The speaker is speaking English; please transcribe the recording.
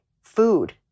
food